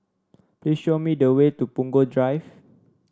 please show me the way to Punggol Drive